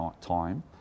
time